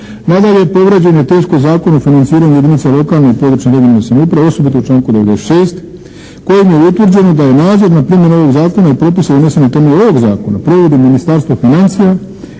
Nadalje, povrijeđen je teško Zakon o financiranju jedinica lokalne i područne (regionalne) samouprave osobito u članku 96. kojim je utvrđeno da je nadzor nad primjenom ovog zakona i propisa donesen na temelju ovog zakona provodi Ministarstvo financija